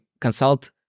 consult